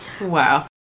wow